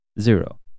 Zero